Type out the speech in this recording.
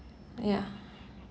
ya